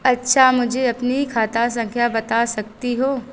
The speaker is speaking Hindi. अच्छा मुझे अपनी खाता संख्या बता सकती हो